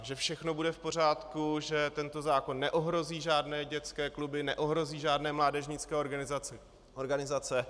Že všechno bude v pořádku, že tento zákon neohrozí žádné dětské kluby, neohrozí žádné mládežnické organizace.